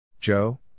Joe